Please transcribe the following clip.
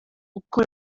uko